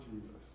Jesus